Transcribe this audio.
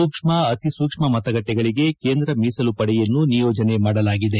ಸೂಕ್ಷ್ಮ ಅತಿಸೂಕ್ಷ್ಮ ಮತಗಳ್ವಿಗಳಿಗೆ ಕೇಂದ್ರ ಮೀಸಲುಪಡೆಯನ್ನು ನಿಯೋಜನೆ ಮಾಡಲಾಗಿದೆ